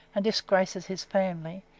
and disgraces his family,